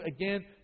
again